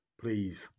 Please